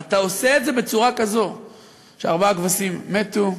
ואתה עושה את זה בצורה כזאת שארבע כבשים מתו,